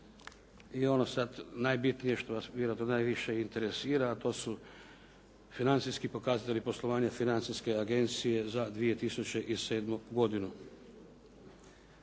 I ono sada najbitnije što vas vjerojatno najviše interesira, a to su financijski pokazatelji poslovanja Financijske agencije za 2007. godinu.